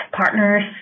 partners